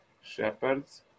shepherds